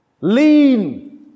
lean